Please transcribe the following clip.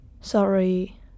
Sorry